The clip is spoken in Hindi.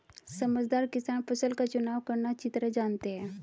समझदार किसान फसल का चुनाव करना अच्छी तरह जानते हैं